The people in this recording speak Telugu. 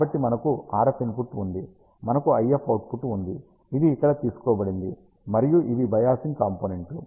కాబట్టి మనకు RF ఇన్పుట్ ఉంది మనకు IF అవుట్పుట్ ఉంది ఇది ఇక్కడ తీసుకోబడింది మరియు ఇవి బయాసింగ్ కాంపోనెంట్లు